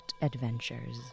adventures